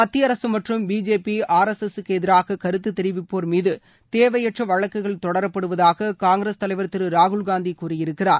மத்திய அரசு மற்றும் பிஜேபி ஆர் எஸ் எஸ்ஸுக்கு எதிராக கருத்து தெரிவிப்போர் மீது தேவையற்ற வழக்குகள் தொடரப்படுவதாக காங்கிரஸ் தலைவர் திரு ராகுல்காந்தி கூறியிருக்கிறார்